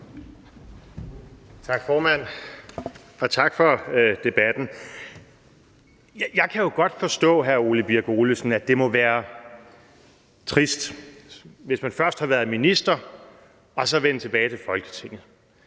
Tak, formand, og tak for debatten. Jeg kan jo godt forstå, hr. Ole Birk Olesen, at det må være trist, hvis man først har været minister og så vender tilbage til Folketinget.